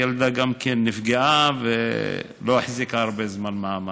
הילדה גם כן נפגעה ולא החזיקה הרבה זמן מעמד.